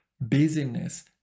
busyness